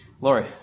Lori